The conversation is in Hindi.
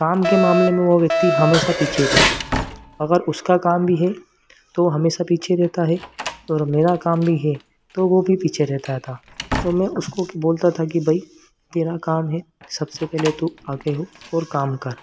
काम के मामले में वह व्यक्ति हमेशा पीछे ही रहता था अगर उसका काम भी है तो वह हमेशा पीछे रहता है और मेरा काम भी हे तो वह भी पीछे रहता था तो मैं उसको बोलता था कि भाई तेरा काम है सबसे पहले तू आगे हो और काम कर